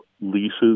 leases